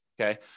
okay